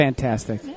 Fantastic